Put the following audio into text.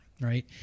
right